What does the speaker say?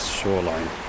shoreline